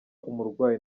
umurwayi